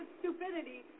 stupidity